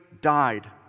died